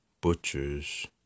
Butchers